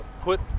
put